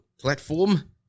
platform